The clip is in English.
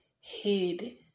hid